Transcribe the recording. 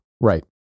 Right